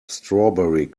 strawberry